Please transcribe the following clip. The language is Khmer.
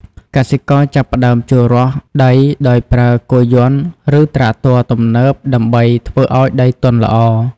កសិករចាប់ផ្តើមភ្ជួររាស់ដីដោយប្រើគោយន្តឬត្រាក់ទ័រទំនើបដើម្បីធ្វើឱ្យដីទន់ល្អ។